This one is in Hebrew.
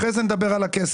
אחרי זה נדבר על הכסף.